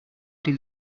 did